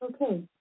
Okay